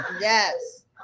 Yes